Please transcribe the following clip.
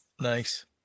Nice